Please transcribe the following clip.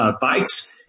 bikes